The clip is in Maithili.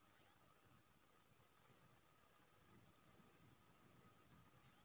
अंगूठा स पैसा निकाले लेल फेर स के.वाई.सी करै परतै?